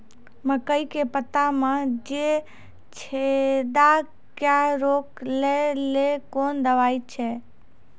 मकई के पता मे जे छेदा क्या रोक ले ली कौन दवाई दी?